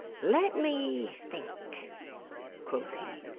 let me think quoth he.